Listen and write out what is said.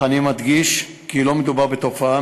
אני מדגיש כי לא מדובר בתופעה,